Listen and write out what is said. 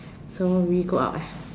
so we go out